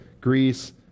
Greece